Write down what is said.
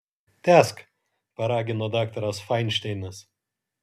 tęsk paragino daktaras fainšteinas